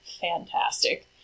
fantastic